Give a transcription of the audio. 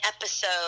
episode